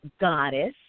goddess